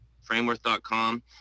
framework.com